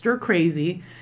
crazy